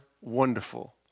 wonderful